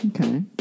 Okay